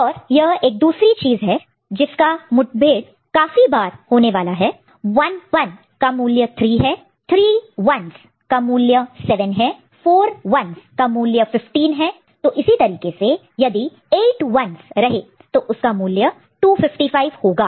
और यह एक दूसरी चीज है जिसका मुठभेड़ काफी बार होने वाला है 11 का मूल्य 3 है 3 1's का मूल्य 7 है 4 1's का मूल्य 15 है तो इसी तरीके से यदि 8 1's रहे तो उसका मूल्य 255 होगा